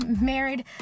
married